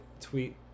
tweet